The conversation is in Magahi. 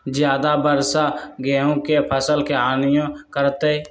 ज्यादा वर्षा गेंहू के फसल के हानियों करतै?